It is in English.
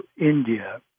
India